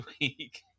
week